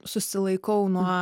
susilaikau nuo